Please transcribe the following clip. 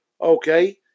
Okay